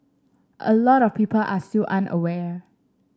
a lot of people are still unaware